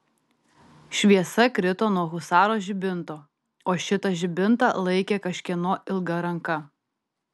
šviesa krito nuo husaro žibinto o šitą žibintą laikė kažkieno ilga ranka